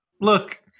Look